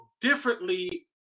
differently